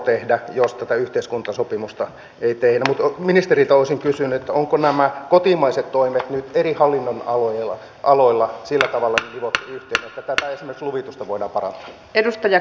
näitä hallituksen rajuja säästöpäätöksiä ei tee ministerikausi kysynyt onko nämä ole toteutettu nyt eri hallinnon aloille kaloilla sillä tavalla hutkii että saisimme tulvitusta voida paras edustaja